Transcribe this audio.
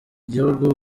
gihugu